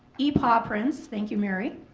epaw prints. thank you mary.